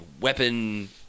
weapon